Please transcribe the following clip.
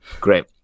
Great